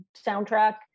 soundtrack